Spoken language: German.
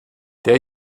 der